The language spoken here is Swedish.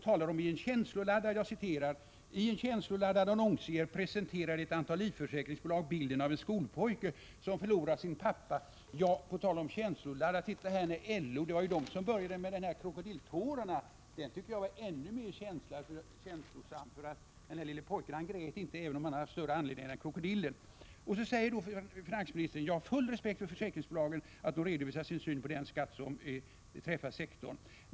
Han skriver bl.a.: ”I en känsloladdad annonsserie presenterade ett antal livförsäkringsbolag bilden av en skolpojke som förlorat sin pappa.” På tal om känsloladdat: det var ju LO som började med att visa en bild av en krokodil i tårar. Den bilden tycker jag är ännu mer känslosam. Den där lille pojken grät ju inte, även om han hade större anledning än krokodilen. Finansministern skriver vidare: ”Jag har full respekt för att försäkringsbolagen redovisar sin syn på den skatt som livförsäkringssektorn träffas av.